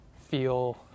feel